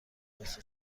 لباس